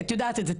את יודעת את זה.